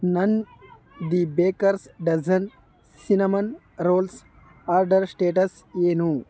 ನನ್ನ the baker's dozen cinnamon rolls order status ಏನು